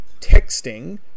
texting